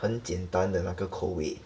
很简单的那个口味